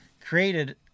created